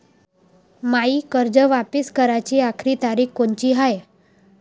मायी कर्ज वापिस कराची आखरी तारीख कोनची हाय?